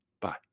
Bye